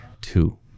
Two